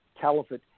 caliphate